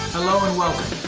hello and welcome.